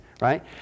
right